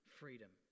freedom